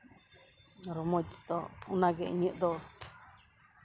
ᱨᱚᱢᱚᱡᱽ ᱫᱚ ᱚᱱᱟᱜᱮ ᱤᱧᱟᱹᱜ ᱫᱚ